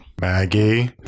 Maggie